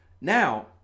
Now